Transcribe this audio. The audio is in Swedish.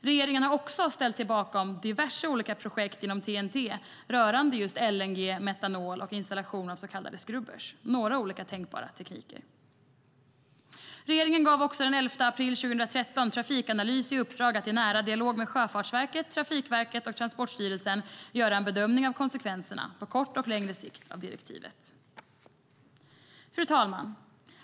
Regeringen har också ställt sig bakom diverse olika projekt inom TEN-T rörande just LNG, metanol och installation av så kallade skrubbrar - några olika tänkbara tekniker. Regeringen gav också den 11 april 2013 Trafikanalys i uppdrag att i nära dialog med Sjöfartsverket, Trafikverket och Transportstyrelsen göra en bedömning av konsekvenserna på kort och på längre sikt av direktivet. Fru talman!